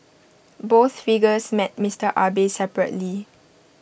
both figures met Mister Abe separately